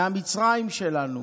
מהמצרים שלנו.